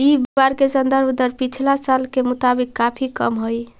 इ बार के संदर्भ दर पिछला साल के मुताबिक काफी कम हई